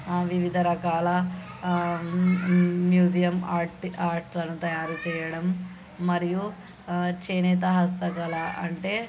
వివిధ రకాల museum art ఆర్ట్లను తయారు చేయడం మరియు చేనేత హస్తకళ అంటే